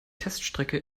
teststrecke